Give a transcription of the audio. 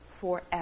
forever